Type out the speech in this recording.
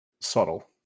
Subtle